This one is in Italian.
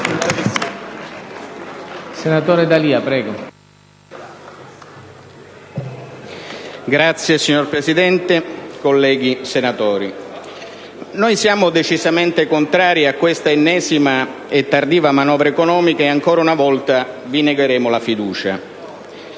Signor Presidente, colleghi senatori, noi siamo decisamente contrari a questa ennesima e tardiva manovra economica, e ancora una volta vi negheremo la fiducia.